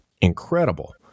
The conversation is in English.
incredible